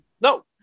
no